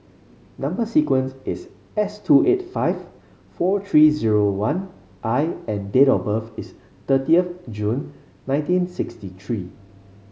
number sequence is S two eight five four three zero one I and date of birth is thirtieth June nineteen sixty three